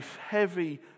heavy